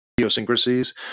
idiosyncrasies